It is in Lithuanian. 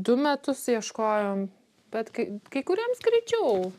du metus ieškojom bet kai kai kuriems greičiau